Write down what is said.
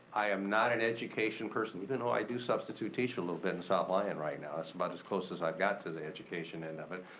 i am not an education person, even though i do substitute teach a little bit in south lyon right now. that's about as close as i've got to the education and it.